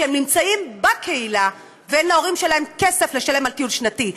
שהם נמצאים בקהילה ואין להורים שלהם כסף לשלם על טיול שנתי.